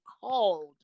called